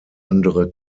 andere